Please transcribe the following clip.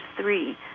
three